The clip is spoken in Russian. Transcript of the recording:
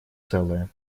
целое